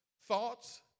Thoughts